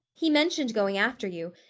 he mentioned going after you,